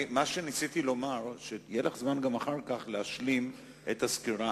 מה שניסיתי לומר הוא שיהיה לך זמן אחר כך להשלים את הסקירה,